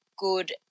good